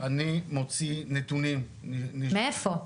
עידית, אני מוציא נתונים מ -- מאיפה?